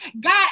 God